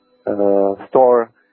store